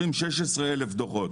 ב-2020 16,000 דוחות.